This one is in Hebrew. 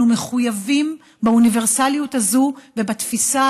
אנחנו מחויבים באוניברסליות הזאת ובתפיסה